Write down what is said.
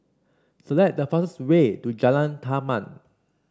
select the fastest way to Jalan Taman